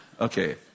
Okay